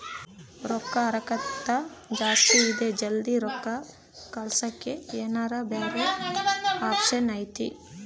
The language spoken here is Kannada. ರೊಕ್ಕದ ಹರಕತ್ತ ಜಾಸ್ತಿ ಇದೆ ಜಲ್ದಿ ರೊಕ್ಕ ಕಳಸಕ್ಕೆ ಏನಾರ ಬ್ಯಾರೆ ಆಪ್ಷನ್ ಐತಿ?